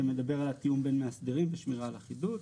שמדבר על התיאום בין מאסדרים ושמירה על אחידות.